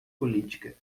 política